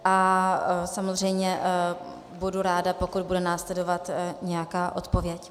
A samozřejmě budu ráda, pokud bude následovat nějaká odpověď.